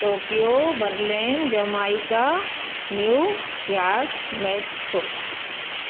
Tokyo Berlin jamaica New York Mexico